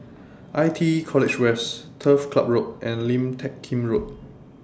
I T E College West Turf Ciub Road and Lim Teck Kim Road